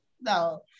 No